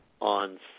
on